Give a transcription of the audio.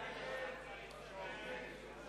ההסתייגות לחלופין (2)